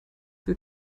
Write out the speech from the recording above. will